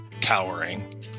cowering